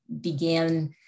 began